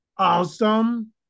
Awesome